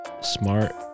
smart